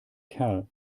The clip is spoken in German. kerl